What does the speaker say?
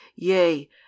yea